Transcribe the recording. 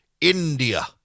India